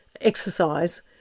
exercise